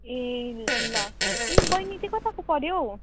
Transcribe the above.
ए ल अनि बहिनी चाहिँ कताको पऱ्यो हौ